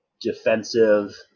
defensive